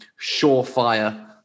surefire